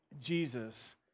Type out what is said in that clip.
Jesus